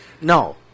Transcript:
No